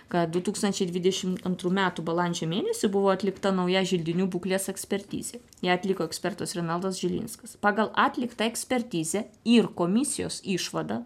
kad du tūkstančiai dvidešim antrų metų balandžio mėnesį buvo atlikta nauja želdinių būklės ekspertizė ją atliko ekspertas renaldas žilinskas pagal atliktą ekspertizę ir komisijos išvadą